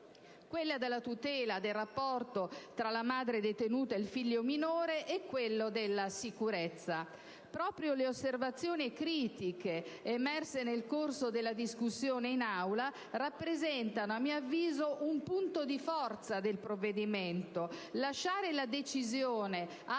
quella della tutela del rapporto tra la madre detenuta e il figlio minore e quella della sicurezza. Proprio le osservazioni critiche emerse nel corso della discussione in Aula rappresentano, a mio avviso, un punto di forza del provvedimento. Lasciare la decisione